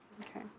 Okay